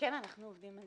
אנחנו עובדים.